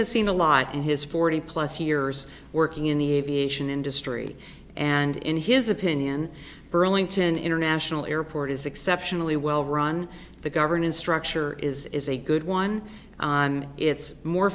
has seen a lot in his forty plus years working in the aviation industry and in his opinion burlington international airport is exceptionally well run the governance structure is a good one and it's more